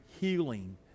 healing